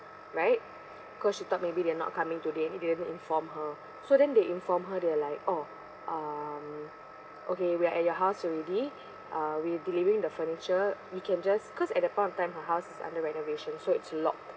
right because she thought maybe they're not coming today and they didn't inform her so then they inform her they're like oh um okay we're at your house already uh we're delivering the furniture we can just cause at that point of time her house is under renovation so it's locked